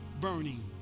burning